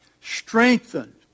Strengthened